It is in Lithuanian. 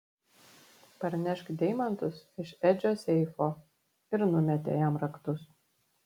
parnešk deimantus iš edžio seifo ir numetė jam raktus